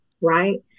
right